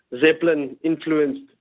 Zeppelin-influenced